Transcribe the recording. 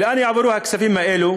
לאן יועברו הכספים האלו